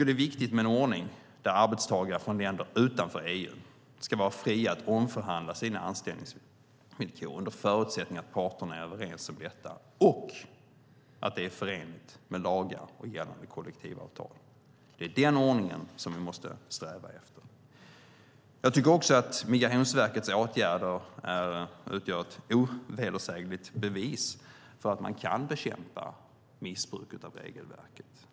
Det är viktigt med en ordning där arbetstagare från länder utanför EU ska vara fria att omförhandla sina anställningsvillkor, under förutsättning att parterna är överens om detta och att det är förenligt med lagar och gällande kollektivavtal. Det är denna ordning vi måste sträva efter. Migrationsverkets åtgärder utgör ett ovedersägligt bevis på att man kan bekämpa missbruk av regelverket.